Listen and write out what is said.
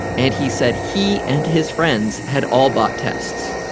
and he said he and his friends had all bought tests